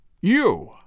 You